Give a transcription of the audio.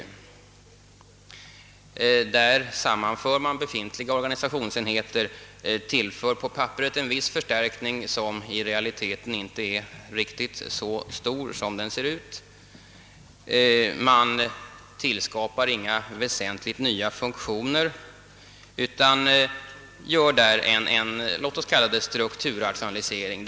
På det regionala planet sammanför man befintliga organisationsenheter, tillför dem på papperet en viss förstärkning, som dock i realiteten inte är riktigt så stor som den ser ut att vara. Man tillskapar inga väsentligt nya funktioner utan vidtar en låt oss kalla det så — strukturrationalisering.